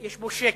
יש פה שקר,